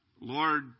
Lord